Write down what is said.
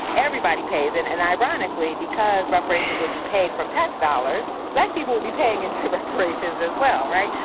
everybody pays. and and ironically, because reparations would be paid from tax dollars, black people will be paying into reparations as well, right?